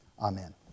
Amen